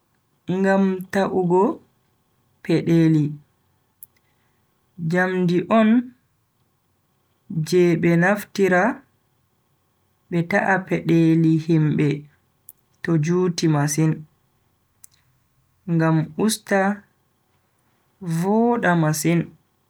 Ngam ta'ugo pedeli. njamdi on je be naftira be ta'a pedeeli himbe to juuti masin ngam usta voda masin.